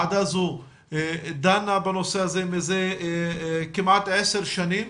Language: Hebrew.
הוועדה הזו דנה בנושא זה מזה כמעט עשר שנים